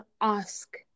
ask